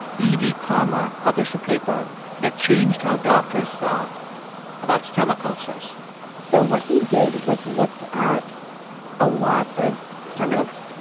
e d. palmer palmer published a paper that changed how doctors thought about stomach ulcers so what he did was looked at a lot of stomachs,